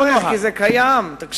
אין צורך, כי זה קיים בנהלים.